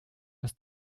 das